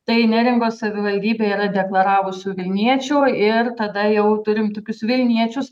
tai neringos savivaldybėj yra deklaravusių vilniečių ir tada jau turim tokius vilniečius